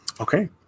Okay